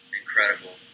incredible